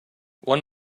one